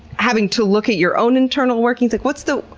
having to look at your own internal workings, like what's the,